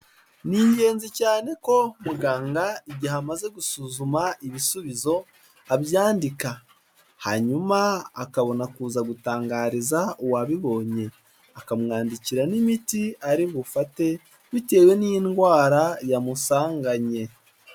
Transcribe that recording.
Ni ingenzi cyane ko muganga igihe amaze gusuzuma ibisubizo abyandika, hanyuma akabona kuza gutangariza uwabibonye, akamwandikira n'imiti ari bufate bitewe n'indwara yamusanganye.